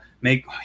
make